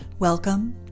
Welcome